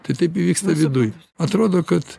tai taip įvyksta viduj atrodo kad